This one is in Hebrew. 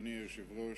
אדוני היושב-ראש,